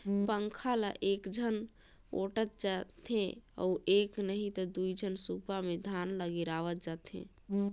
पंखा ल एकझन ओटंत जाथे अउ एक नही त दुई झन सूपा मे धान ल गिरावत जाथें